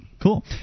Cool